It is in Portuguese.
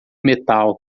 metal